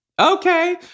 Okay